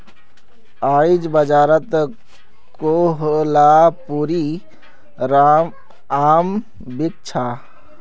आईज बाजारत कोहलापुरी आम बिक छ